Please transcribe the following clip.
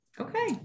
Okay